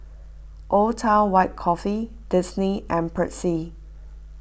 Old Town White Coffee Disney and Persil